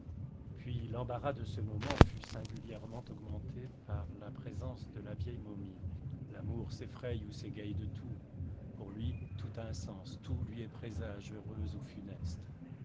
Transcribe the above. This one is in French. puis l'embarras de ce moment fut singulièrement augmenté par la présence de la vieille momie l'amour s'effraie ou s'égaie de tout pour lui tout a un sens tout lui est présage heureux ou funeste